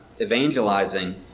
evangelizing